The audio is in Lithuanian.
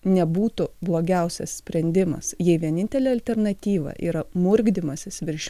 nebūtų blogiausias sprendimas jei vienintelė alternatyva yra murdymasis virš